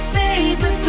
baby